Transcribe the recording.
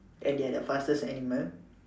and they are the fastest animal